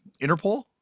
Interpol